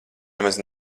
nemaz